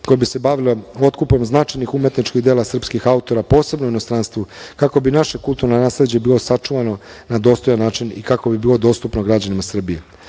koje bi se bavilo otkupom značajnih umetničkih dela srpskih autora, posebno u inostranstvu, kako bi naše kulturno nasleđe bilo sačuvano na dostojan način i kako bi bilo dostupno građanima Srbije. Do